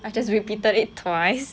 I just repeated it twice